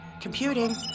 Computing